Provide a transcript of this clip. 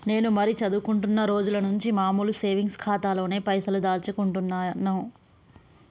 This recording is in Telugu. నేను మరీ చదువుకుంటున్నా రోజుల నుంచి మామూలు సేవింగ్స్ ఖాతాలోనే పైసలు దాచుకుంటున్నాను